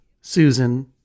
Susan